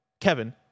kevin